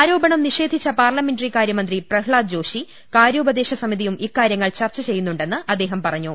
ആരോപണം നിഷേധിച്ച പാർലമെന്ററി കാര്യമന്ത്രി പ്രഹ്ലാദ് ജോഷി കാര്യോപദേശസമിതിയും ഇക്കാര്യങ്ങൾ ചൂർച്ച ചെയ്യുന്നു ണ്ടെന്ന് അദ്ദേഹം പറഞ്ഞു